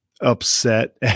upset